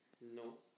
No